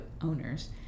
owners